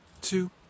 two